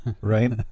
right